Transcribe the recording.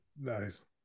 Nice